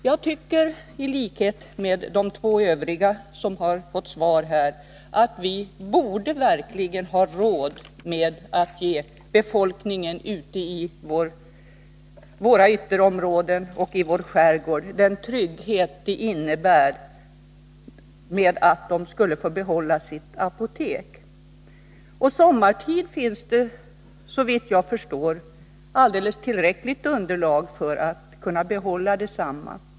Jag tycker i likhet med de två interpellanter som nu också fått svar att vi verkligen borde ha råd att ge befolkningen i våra ytterområden och i vår skärgård den trygghet det innebär att få behålla sitt apotek. Sommartid finns det, såvitt jag förstår, alldeles tillräckligt underlag för att kunna behålla detsamma.